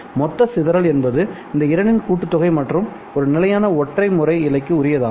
மொத்த சிதறல் என்பது இந்த இரண்டின் கூட்டுத்தொகை மற்றும் இது நிலையான ஒற்றை முறை இழைக்கு உரியதாகும்